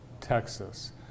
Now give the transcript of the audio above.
Texas